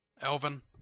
Elvin